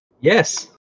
Yes